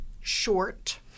short